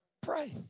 Pray